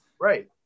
Right